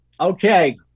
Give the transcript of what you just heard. Okay